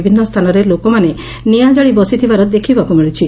ବିଭିନ୍ନ ସ୍ଛାନରେ ଲୋକମାନେ ନିଆଁ କାଳି ବସିଥିବାର ଦେଖିବାକୁ ମିଳୁଛି